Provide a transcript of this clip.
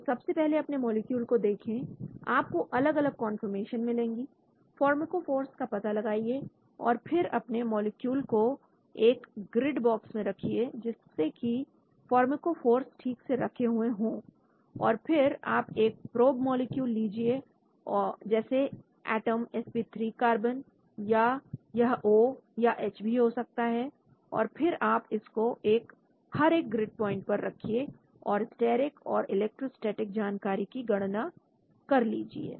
तो सबसे पहले अपने मॉलिक्यूल को देखें आपको अलग अलग कंफर्मेशन मिलेंगे फार्मकोफोर्स का पता लगाइए और फिर अपने मॉलिक्यूल को एक ग्रिड बॉक्स में रखिए जिससे कि फार्मकोफोर्स ठीक से रखे हुए हो और फिर आप एक प्रोब मॉलिक्यूल लीजिए जैसे एटम sp3 कार्बन या यह O या H भी हो सकता है और फिर आप इसको हर एक ग्रिड प्वाइंट पर रखिए और स्टेरिक और इलेक्ट्रोस्टेटिक जानकारी की गणना कर लीजिए